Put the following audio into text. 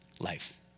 life